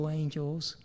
angels